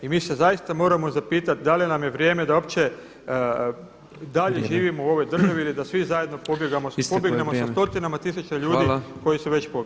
I mi se zaista moramo zapitati da li nam je vrijeme da uopće dalje živimo u ovoj državi ili da svi zajedno pobjegnemo za stotinama tisuća ljudi koji su već pobjegli.